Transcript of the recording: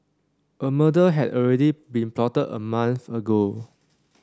a murder had already been plotted a month ago